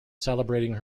celebrating